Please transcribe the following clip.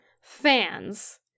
fans